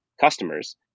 customers